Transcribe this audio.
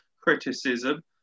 criticism